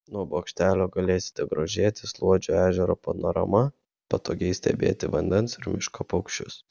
nuo bokštelio galėsite grožėtis luodžio ežero panorama patogiai stebėti vandens ir miško paukščius